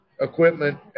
equipment